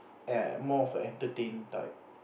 ya more of a entertain type